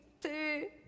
two